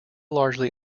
largely